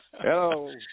hello